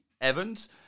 Evans